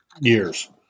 years